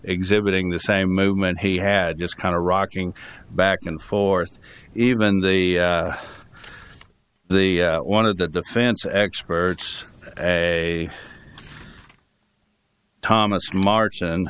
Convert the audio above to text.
exhibiting the same movement he had just kind of rocking back and forth even the the one of the defense experts a thomas march